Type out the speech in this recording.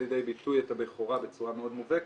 לידי ביטוי את הבכורה בצורה מאוד מובהקת,